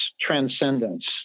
transcendence